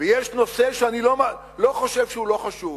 ויש נושא שאני לא חושב שהוא לא חשוב,